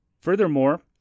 Furthermore